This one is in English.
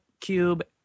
cube